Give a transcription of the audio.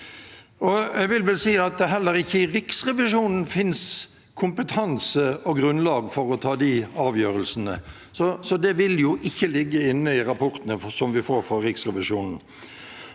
Jeg vil vel si at det heller ikke i Riksrevisjonen finnes kompetanse og grunnlag for å ta de avgjørelsene, så det vil ikke ligge inne i rapportene vi får fra Riksrevisjonen.